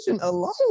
alone